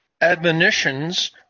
admonitions